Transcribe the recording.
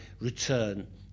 return